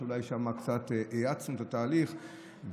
שאולי שם קצת האצנו את התהליך,